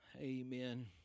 Amen